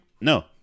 No